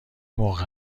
موقع